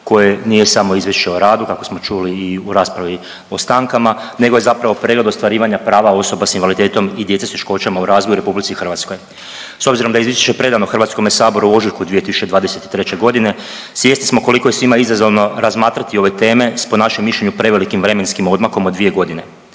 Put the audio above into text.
koje nije samo izvješće o radu kako smo čuli i u raspravi o stankama nego je zapravo pregled ostvarivanja prava osoba s invaliditetom i djece s teškoćama u razvoju u RH. S obzirom da je izvješće predano Hrvatskome saboru u ožujku 2023. godine svjesni smo koliko je svima izazovno razmatrati ove teme s po našem mišljenju prevelikim vremenskim odmakom od dvije godine.